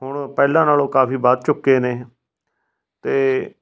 ਹੁਣ ਪਹਿਲਾਂ ਨਾਲੋਂ ਕਾਫੀ ਵੱਧ ਚੁੱਕੇ ਨੇ ਅਤੇ